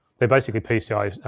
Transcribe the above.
they're basically pcis,